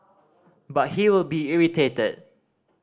but he will be irritated